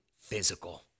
physical